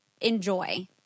Enjoy